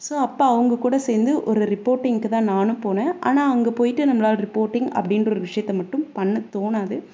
so அப்போ அவங்க கூட சேர்ந்து ஒரு ரிப்போர்ட்டிங்குக்கு தான் நானும் போனேன் ஆனால் அங்கே போய்ட்டு நம்மளால் ரிப்போர்ட்டிங் அப்படின்ற ஒரு விஷயத்த மட்டும் பண்ணத் தோணாது